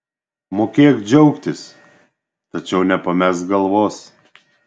mokėk džiaugtis tačiau nepamesk galvos